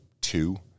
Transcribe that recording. two